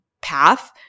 path